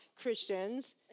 Christians